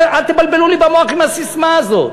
אל תבלבלו לי במוח עם הססמה הזאת,